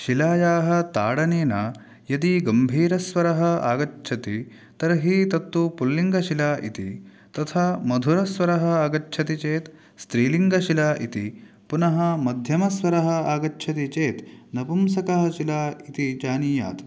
शिलायाः ताडनेन यदि गम्भीरस्वरः आगच्छति तर्हि तत्तु पुल्लिङ्गशिला इति तथा मधुरस्वरः आगच्छति चेत् स्त्रीलिङ्गशिला इति पुनः मध्यमस्वरः आगच्छति चेत् नपुंसकशिला इति जानीयात्